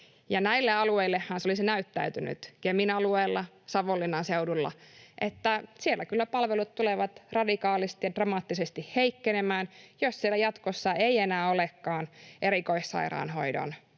seudulle — se olisi näyttäytynyt niin, että siellä kyllä palvelut tulevat radikaalisti ja dramaattisesti heikkenemään, jos siellä jatkossa ei enää olekaan erikoissairaanhoidon